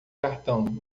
cartão